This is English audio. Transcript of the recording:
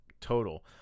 Total